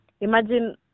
imagine